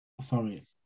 sorry